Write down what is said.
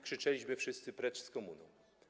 Krzyczeliśmy wszyscy: Precz z komuną!